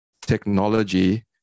technology